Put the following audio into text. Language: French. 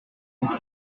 lutter